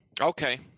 Okay